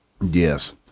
Yes